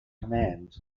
command